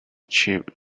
cheap